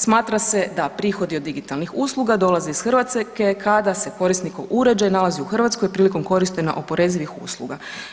Smatra se da prihodi od digitalnih usluga dolaze iz Hrvatske kada se korisnikom uređaj nalazi u Hrvatskoj prilikom korištenja oporezivih usluga.